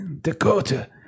Dakota